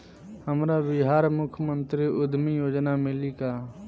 हमरा बिहार मुख्यमंत्री उद्यमी योजना मिली का?